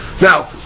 Now